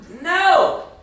No